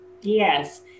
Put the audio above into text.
Yes